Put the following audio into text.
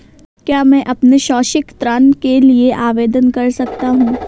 क्या मैं अपने शैक्षिक ऋण के लिए आवेदन कर सकता हूँ?